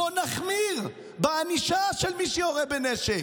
בוא נחמיר בענישה של מי שיורה בנשק,